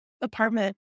apartment